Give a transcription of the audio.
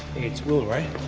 it's will, right?